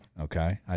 Okay